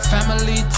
Family